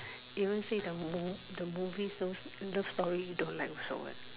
even say the mov~ the movie still those story don't like also what